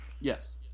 Yes